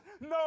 no